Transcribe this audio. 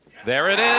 there it